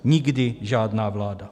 Nikdy žádná vláda.